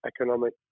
economic